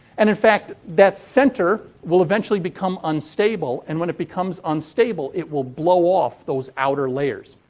and, in fact, that center will eventually become unstable. and, when it becomes unstable, it will blow off those outer layers.